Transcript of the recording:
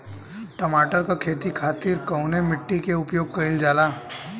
टमाटर क खेती खातिर कवने मिट्टी के उपयोग कइलजाला?